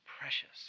precious